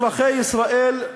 אזרחי ישראל,